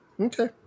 Okay